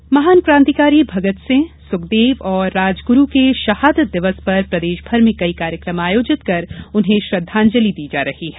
शहीद दिवस महान कांतिकारी भगत सिंह सुखदेव और राजगुरू के शहादत दिवस पर प्रदेश भर में कई कार्यक्रम आयोजित कर इन्हें श्रद्धांजलि दी जा रही है